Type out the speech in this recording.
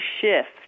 shift